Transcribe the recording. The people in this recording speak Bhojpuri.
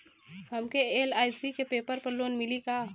हमके एल.आई.सी के पेपर पर लोन मिली का?